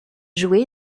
joué